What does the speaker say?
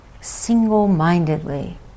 single-mindedly